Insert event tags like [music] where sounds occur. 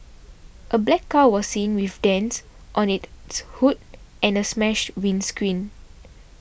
a black car was seen with dents on it [unintelligible] hood and a smashed windscreen